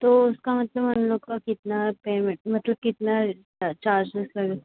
तो उसका मतलब हम लोग का कितना पेमेंट मतलब कितना चार्जेस लगे